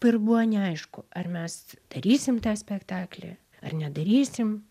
pir buvo neaišku ar mes darysim tą spektaklį ar nedarysim